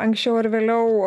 anksčiau ar vėliau